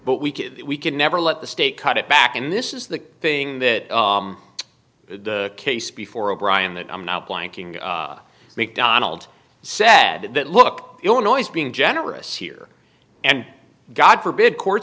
but we could we could never let the state cut it back in this is the thing that the case before o'brien that i'm not blanking macdonald said that look illinois being generous here and god forbid court